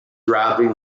dropping